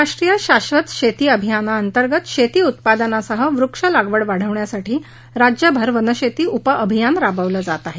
राष्ट्रीय शाधत शेती अभियानांतर्गत शेती उत्पादनासह वृक्ष लागवड वाढविण्यासाठी राज्यभर वनशेती उपअभियान राबवलं जात आहे